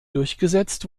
durchgesetzt